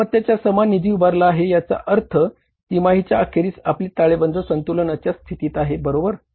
मालमत्तेच्या समान निधी उभारला आहे याचा अर्थ तिमाहीच्या अखेरीस आपले ताळेबंद संतुलनाच्या स्थितीत आहेत बरोबर